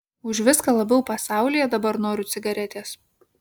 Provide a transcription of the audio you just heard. už viską labiau pasaulyje dabar noriu cigaretės